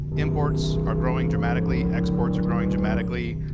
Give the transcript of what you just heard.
imports are growing dramatically, exports are growing dramatically,